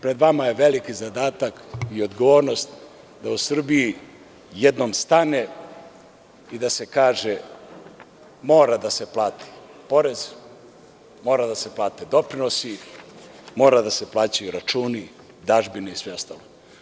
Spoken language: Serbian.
Pred vama je veliki zadatak i odgovornost da u Srbiji jednom stane i da se kaže – mora da se plati porez, mora da se plate doprinosi, mora da se plaćaju računi, dažbine i sve ostalo.